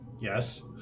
Yes